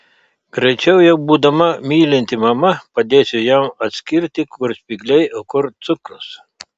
greičiau jau būdama mylinti mama padėsiu jam atskirti kur spygliai o kur cukrus